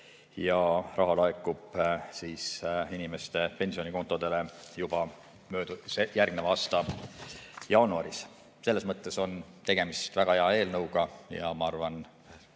ja raha laekub inimeste pensionikontodele juba järgmise aasta jaanuaris. Selles mõttes on tegemist väga hea eelnõuga ja ma arvan,